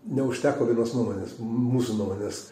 neužteko vienos nuomonės mūsų nuomonės